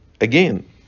Again